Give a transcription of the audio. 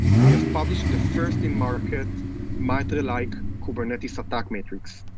we have published the first in-market miter like kubernetes attack matrix,